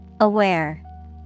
Aware